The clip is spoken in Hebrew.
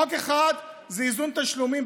חוק אחד זה איזון תשלומים,